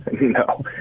no